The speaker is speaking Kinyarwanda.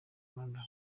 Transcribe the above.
rwanda